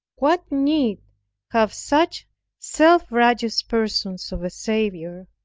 what need have such self-righteous persons of a saviour?